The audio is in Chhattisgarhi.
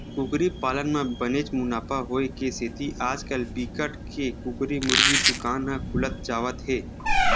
कुकरी पालन म बनेच मुनाफा होए के सेती आजकाल बिकट के कुकरी मुरगी दुकान ह खुलत जावत हे